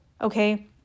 okay